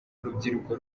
urubyiruko